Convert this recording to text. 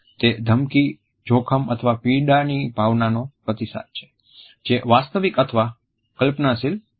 તે ધમકી જોખમ અથવા પીડાની ભાવનાનો પ્રતિસાદ છે જે વાસ્તવિક અથવા કલ્પનાશીલ હોઈ શકે છે